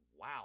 wow